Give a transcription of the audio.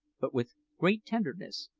but with great tenderness,